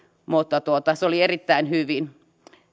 mutta se oli erittäin hyvin